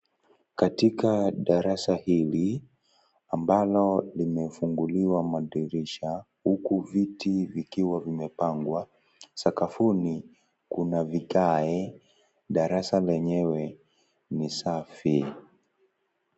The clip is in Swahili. Katika darasa hili, ambalo limefunguliwa madirisha, huku viti vikiwa vimepangwa. Sakafuni kuna vigae, darasa lenyewe ni safi.